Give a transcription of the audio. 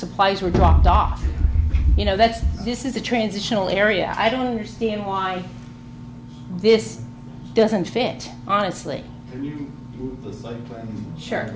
supplies were dropped off you know that this is a transitional area i don't understand why this doesn't fit honestly s